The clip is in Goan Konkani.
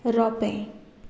रोंपें